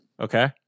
Okay